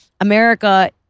America